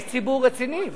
איש ציבור רציני.